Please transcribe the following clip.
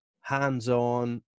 hands-on